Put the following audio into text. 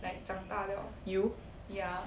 you